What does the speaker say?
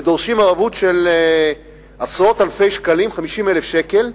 ודורשים ערבות של עשרות אלפי שקלים 50,000 שקל,